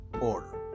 order